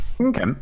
Okay